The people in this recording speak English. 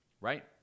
Right